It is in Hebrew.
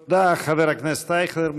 תודה, חבר הכנסת אייכלר.